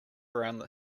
around